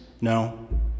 No